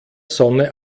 sonne